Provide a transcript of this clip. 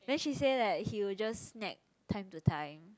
then she say that he will just snack time to time